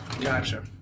Gotcha